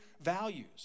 values